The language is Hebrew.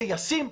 זה ישים,